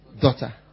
daughter